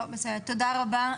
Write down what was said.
תודה רבה.